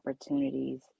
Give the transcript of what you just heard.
opportunities